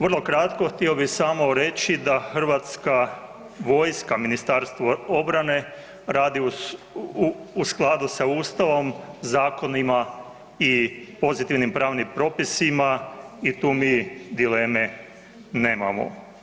Vrlo kratko htio bi samo reći da HV, Ministarstvo obrane radi u skladu sa ustavom, zakonima i pozitivnim pravnim propisima i tu mi dileme nemamo.